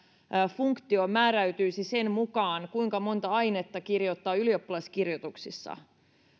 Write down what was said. funktio ikään kuin määräytyisi sen mukaan kuinka monta ainetta kirjoittaa ylioppilaskirjoituksissa